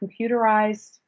computerized